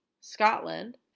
Scotland